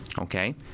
Okay